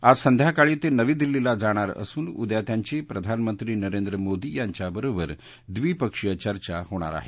आज संध्याकाळी ते नवी दिल्लीला जाणार असून उद्या त्यांची प्रधानमंत्री नरेंद्र मोदी यांच्याबरोबर ड्रिपक्षीय चर्चा होणार आहे